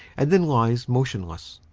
and then lies motionless.